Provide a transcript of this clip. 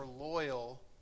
loyal